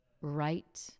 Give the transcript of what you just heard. right